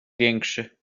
większy